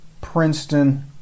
Princeton